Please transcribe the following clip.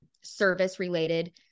service-related